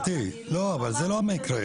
גברתי, אבל זה לא המקרה.